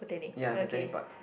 ya Botanic Park